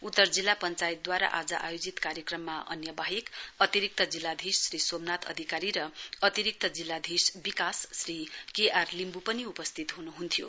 उत्तर जिल्ला पञ्चायतद्वारा आज आयोजित कार्यक्रममा अन्य बाहेक अतिरिक्त जिल्लाधीश श्री सोमनाथ अधिकारी र अतिरिक्त जिल्लाधीश विकास श्री के आर लिम्बू पनि उपस्थित हुनुहन्थ्यो